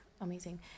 amazing